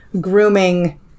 grooming